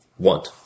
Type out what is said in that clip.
want